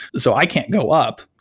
so i can't go up.